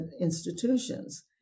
institutions